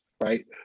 right